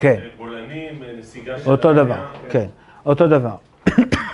כן, אותו דבר, כן, אותו דבר.